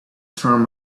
turn